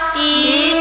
e